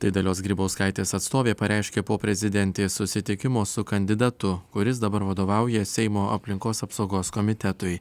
tai dalios grybauskaitės atstovė pareiškė po prezidentės susitikimo su kandidatu kuris dabar vadovauja seimo aplinkos apsaugos komitetui